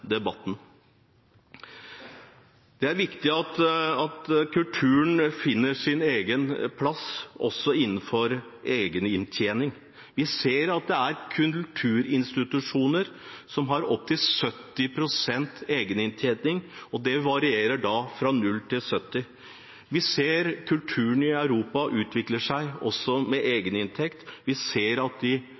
debatten. Det er viktig at kulturen finner sin egen plass også innenfor egen inntjening. Vi ser at det er kulturinstitusjoner som har opptil 70 pst. egeninntjening – det varierer fra 0 pst. til 70 pst. Vi ser at kulturen i Europa utvikler seg med egeninntekt. Vi ser at de